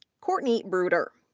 kourtney bruder,